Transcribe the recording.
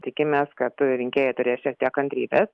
tikimės kad rinkėjai turės šiek tiek kantrybės